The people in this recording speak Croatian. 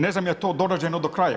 Ne znam jeli to dorađeno do kraja.